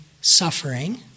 suffering